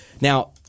Now